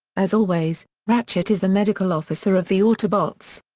as always, ratchet is the medical officer of the autobots.